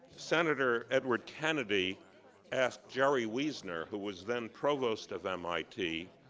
senator edward kennedy asked jerry wiesner, who was then provost of mit,